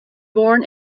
born